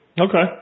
Okay